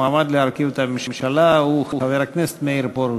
המועמד להרכיב את הממשלה הוא חבר הכנסת מאיר פרוש.